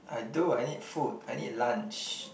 I do I need food I need lunch